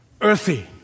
earthy